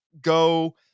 go